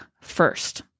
first